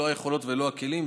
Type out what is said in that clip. לא היכולות ולא הכלים,